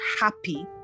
happy